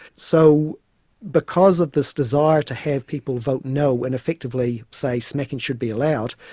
so because of this desire to have people vote no, and effectively say smacking should be allowed,